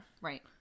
Right